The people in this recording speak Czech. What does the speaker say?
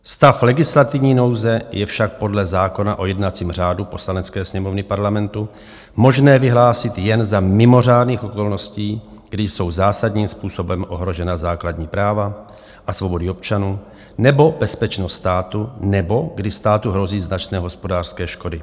Stav legislativní nouze je však podle zákona o jednacím řádu Poslanecké sněmovny Parlamentu možné vyhlásit jen za mimořádných okolností, kdy jsou zásadním způsobem ohrožena základní práva a svobody občanů nebo bezpečnost státu nebo kdy státu hrozí značné hospodářské škody.